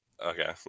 Okay